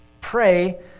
pray